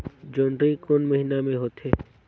जोंदरी कोन महीना म होथे?